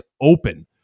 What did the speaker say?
open